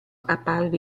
apparve